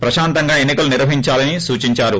ప్రశాంతంగా ఎన్పికలు నిర్వహించాలని సూచిందారు